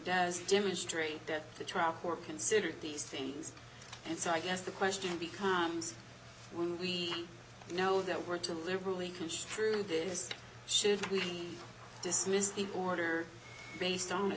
does demonstrate that the trial court considered these things and so i guess the question becomes we know that we're too liberally construed this should we dismiss the order based on a